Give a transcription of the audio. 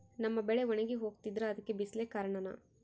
ನಮ್ಮ ಬೆಳೆ ಒಣಗಿ ಹೋಗ್ತಿದ್ರ ಅದ್ಕೆ ಬಿಸಿಲೆ ಕಾರಣನ?